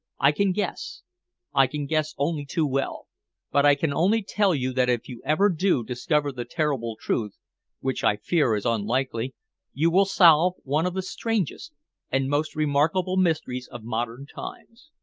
i can guess i can guess only too well but i can only tell you that if you ever do discover the terrible truth which i fear is unlikely you will solve one of the strangest and most remarkable mysteries of modern times.